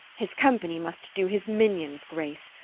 his company must do his minions grace,